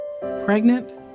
Pregnant